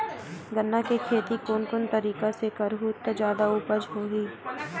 गन्ना के खेती कोन कोन तरीका ले करहु त जादा उपजाऊ होही?